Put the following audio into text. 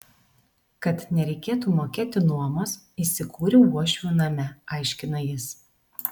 kad nereikėtų mokėti nuomos įsikūriau uošvių name aiškina jis